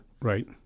right